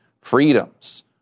freedoms